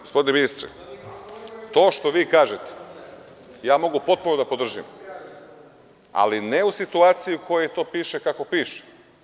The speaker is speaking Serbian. Gospodine ministre, to što vi kažete ja mogu potpuno da podržim, ali ne u situaciji u kojoj to piše kako piše.